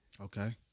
okay